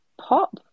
pop